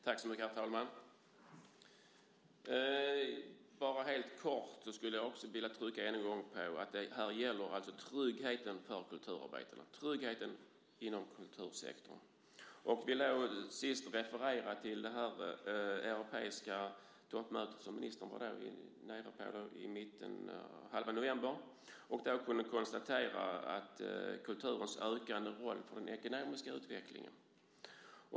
Herr talman! Jag skulle bara helt kort än en gång vilja trycka på att det här alltså gäller tryggheten för kulturarbetare - tryggheten inom kultursektorn. Jag vill referera till det europeiska toppmöte som ministern var med på i mitten av november. Där kunde man konstatera kulturens ökade roll för den ekonomiska utvecklingen.